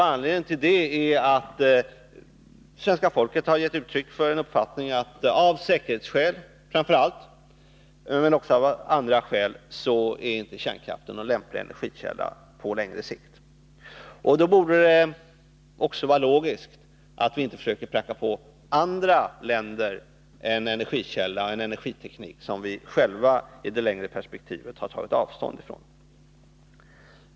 Anledningen till det är att svenska folket har givit uttryck för uppfattningen att kärnkraften, framför allt av säkerhetsskäl men också av andra skäl, inte är någon lämplig energikälla på längre sikt. Det borde då vara logiskt att vi inte försöker pracka på andra länder en energiteknik som vi själva i det längre perspektivet har tagit avstånd från.